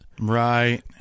right